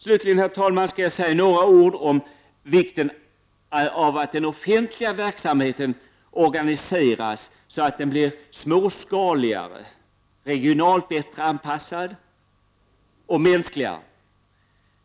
Slutligen vill jag säga några ord om vikten av att den offentliga verksamheten organiseras så att den blir småskaligare, regionalt bättre anpassad och mänskligare.